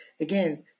again